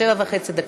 שבע וחצי דקות יש לך.